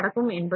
என்ன நடக்கும்